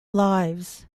lives